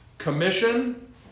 commission